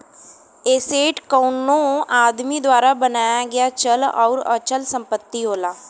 asset कउनो आदमी द्वारा बनाया गया चल आउर अचल संपत्ति होला